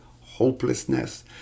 hopelessness